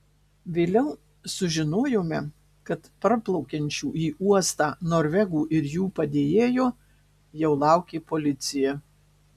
vėliau sužinojome kad parplaukiančių į uostą norvegų ir jų padėjėjo jau laukė policija